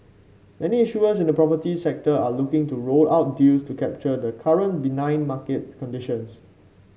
many issuers in the property sector are looking to roll out deals to capture the current benign market conditions